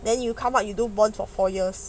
then you come out you do bond for four years